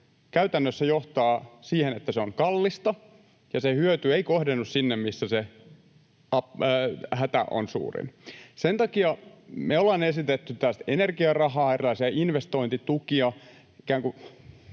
käytännössä johtavat siihen, että se on kallista ja se hyöty ei kohdennu sinne, missä se hätä on suurin. Sen takia me ollaan esitetty tällaista energiarahaa, erilaisia investointitukia,